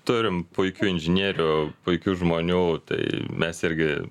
turim puikių inžinierių puikių žmonių tai mes irgi